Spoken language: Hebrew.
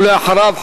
אחריו,